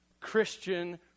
Christian